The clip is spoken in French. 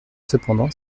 cependant